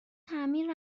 تعمیر